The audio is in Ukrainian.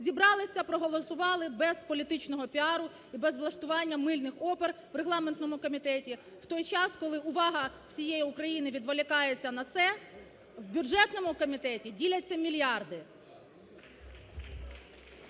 зібралися, проголосували без політичного піару і без влаштування "мильних опер" в регламентному комітеті в той час, коли увагу всієї України відволікається на це, у бюджетному комітеті діляться мільярди.